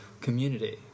community